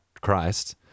Christ